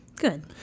Good